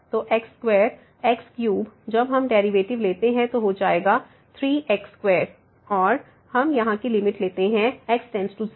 तो x2 x3 जब हम डेरिवेटिव लेते हैं तो हो जाएगा 3 x2 और हम यहां की लिमिट लेते हैं x→0